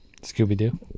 Scooby-Doo